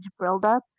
buildup